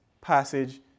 passage